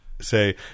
say